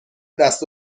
دست